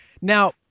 Now